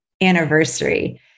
anniversary